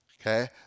okay